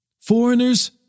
Foreigners